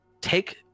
take